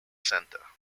center